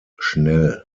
schnell